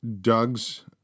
Doug's